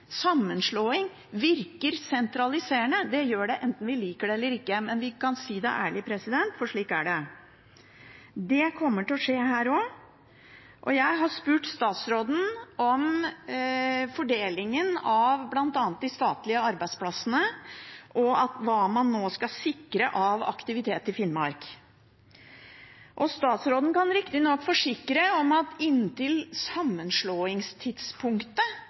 Sammenslåing virker sentraliserende. Det gjør det enten vi liker det eller ikke, men vi kan si det ærlig, for slik er det. Det kommer til å skje her også. Jeg har spurt statsråden om fordelingen av bl.a. de statlige arbeidsplassene, og hva man nå skal sikre av aktivitet i Finnmark. Statsråden kan riktignok forsikre at inntil sammenslåingstidspunktet